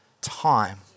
time